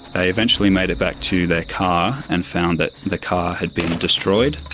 they eventually made it back to their car and found that the car had been destroyed.